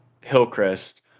hillcrest